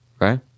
right